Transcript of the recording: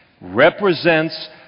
represents